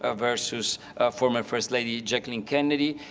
ah versus former first lady jacqueline kennedy.